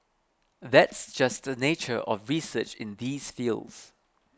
that's just the nature of research in these fields